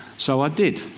so i did.